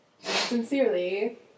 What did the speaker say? Sincerely